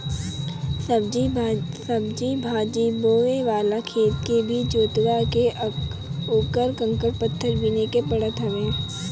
सब्जी भाजी बोए वाला खेत के भी जोतवा के उकर कंकड़ पत्थर बिने के पड़त हवे